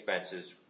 expenses